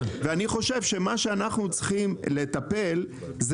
אני חושב שמה שאנחנו צריכים לטפל זה